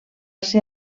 ser